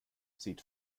sieht